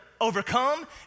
overcome